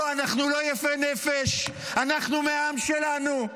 לא, אנחנו לא יפי נפש, אנחנו מהעם שלנו.